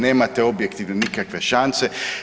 Nemate objektivno nikakve šanse.